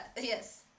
Yes